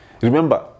Remember